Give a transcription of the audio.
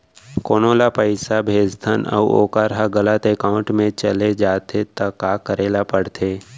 कोनो ला पइसा भेजथन अऊ वोकर ह गलत एकाउंट में चले जथे त का करे ला पड़थे?